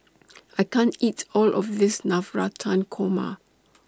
I can't eat All of This Navratan Korma